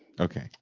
Okay